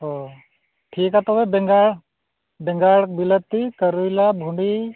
ᱦᱮᱸ ᱴᱷᱤᱠᱼᱟ ᱛᱚᱵᱮ ᱵᱮᱸᱜᱟᱲ ᱵᱤᱞᱟᱹᱛᱤ ᱠᱚᱨᱚᱭᱞᱟ ᱵᱷᱩᱸᱰᱤ